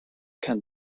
can